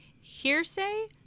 hearsay